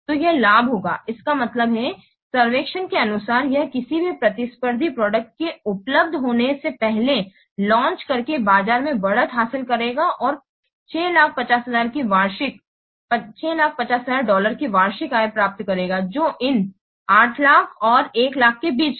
तो यह लाभ होगा इसका मतलब है कि सर्वेक्षण के अनुसार यह किसी भी प्रतिस्पर्धी प्रोडक्ट के उपलब्ध होने से पहले लॉन्च करके बाजार में बढ़त हासिल करेगा और 650000 की वार्षिक आय प्राप्त करेगा जो इन 800000 और 100000 के बीच है